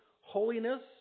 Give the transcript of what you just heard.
holiness